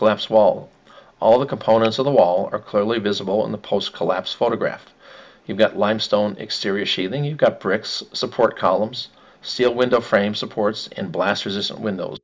collapse wall all the components of the wall are clearly visible in the post collapse photograph you've got limestone exterior she then you've got bricks support columns seal window frame supports and blast resistant windows